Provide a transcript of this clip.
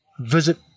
visit